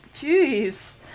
jeez